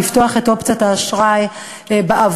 לפתוח את אופציית האשראי בעבורם,